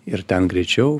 ir ten greičiau